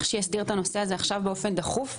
שיסדיר את הנושא הזה עכשיו באופן דחוף,